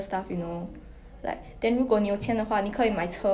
ya that's true um